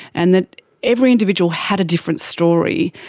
and that every individual had a different story,